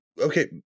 Okay